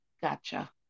Gotcha